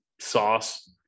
sauce